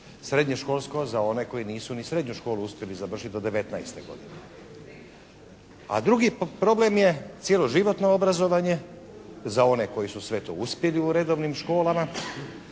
srednje školsko za one koji nisu ni srednju školu uspjeli završiti do 19. godine. A drugi problem je cjeloživotno obrazovanje za one koji su sve to uspjeli u redovnim školama